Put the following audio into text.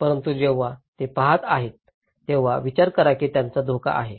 परंतु जेव्हा ते पहात आहेत तेव्हा विचार करा की त्याला धोका आहे